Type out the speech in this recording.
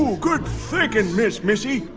good thinking, miss missy.